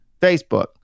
facebook